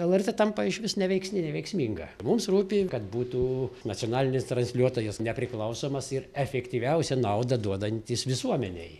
lrt tampa išvis neveiksni neveiksminga mums rūpi kad būtų nacionalinis transliuotojas nepriklausomas ir efektyviausią naudą duodantis visuomenei